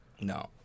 No